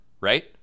right